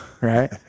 right